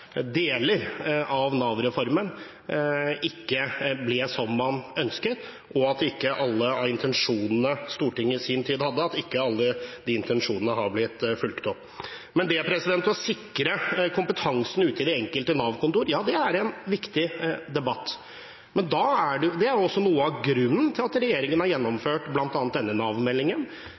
deler av Nav-reformen ikke ble som man ønsket, og at ikke alle de intensjonene Stortinget i sin tid hadde, har blitt fulgt opp. Det å sikre kompetansen ute i det enkelte Nav-kontor er en viktig debatt. Det er også noe av grunnen til at regjeringen har gjennomført bl.a. denne